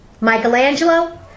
Michelangelo